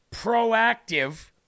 proactive